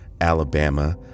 Alabama